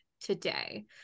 today